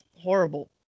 Horrible